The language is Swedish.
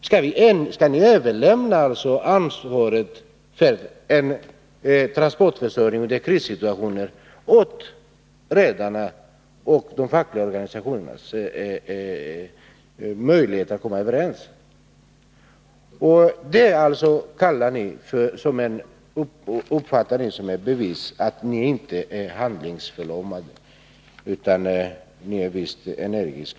Skall ni alltså överlämna ansvaret för transportförsörjningen i krissituationer till redarna och de fackliga organisationerna och låta den bli beroende av deras möjligheter att komma överens? Det uppfattar ni som ett bevis på att ni inte är handlingsförlamade utan visst är energiska.